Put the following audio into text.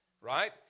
right